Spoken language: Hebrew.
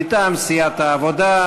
מטעם סיעת העבודה.